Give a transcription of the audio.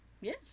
yes